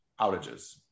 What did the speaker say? outages